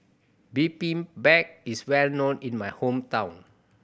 bibimbap is well known in my hometown